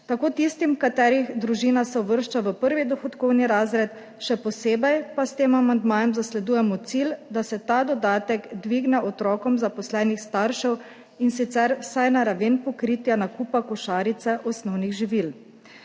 tako tistim, katerih družina se uvršča v prvi dohodkovni razred, še posebej pa s tem amandmajem zasledujemo cilj, da se ta dodatek dvigne otrokom zaposlenih staršev, in sicer vsaj na raven pokritja nakupa košarice osnovnih živil.